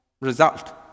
result